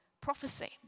prophecy